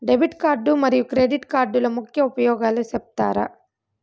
Debit card మరియు credit కార్డుల ముఖ్య ఉపయోగాలు సెప్తారా?